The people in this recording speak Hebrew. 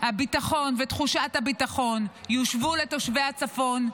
הביטחון ותחושת הביטחון יושבו לתושבי הצפון,